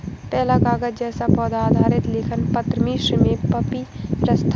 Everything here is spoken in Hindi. पहला कागज़ जैसा पौधा आधारित लेखन पत्र मिस्र में पपीरस था